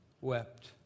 wept